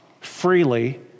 Freely